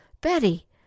Betty